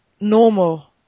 normal